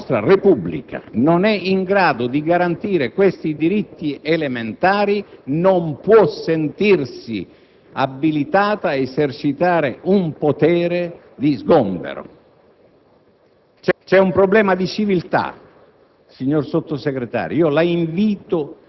Fintanto che la nostra pubblica amministrazione, la nostra Repubblica non è in grado di garantire questi diritti elementari non può sentirsi abilitata ad esercitare un potere di sgombero.